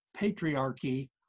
patriarchy